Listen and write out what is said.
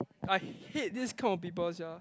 I hate this kind of people sia